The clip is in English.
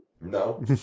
No